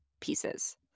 pieces